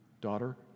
daughter